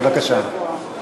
בבקשה.